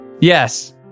Yes